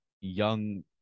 young